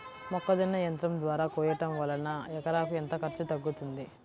మొక్కజొన్న యంత్రం ద్వారా కోయటం వలన ఎకరాకు ఎంత ఖర్చు తగ్గుతుంది?